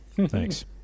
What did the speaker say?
Thanks